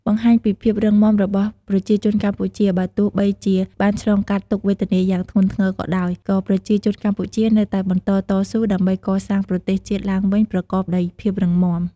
បង្ហាញពីភាពរឹងមាំរបស់ប្រជាជនកម្ពុជាបើទោះបីជាបានឆ្លងកាត់ទុក្ខវេទនាយ៉ាងធ្ងន់ធ្ងរក៏ដោយ ក៏ប្រជាជនកម្ពុជានៅតែបន្តតស៊ូដើម្បីកសាងប្រទេសជាតិឡើងវិញប្រកបដោយភាពរឹងមាំ។